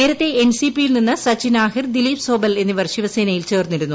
നേരത്തെ N C പിയിൽ നിന്ന് സച്ചിൻ ആഹിർ ദിലീപ് സോബൽ എന്നിവർ ശിവസേനയിൽ ചേർന്നിരുന്നു